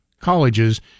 colleges